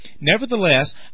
nevertheless